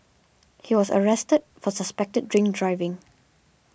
he was arrested for suspected drink driving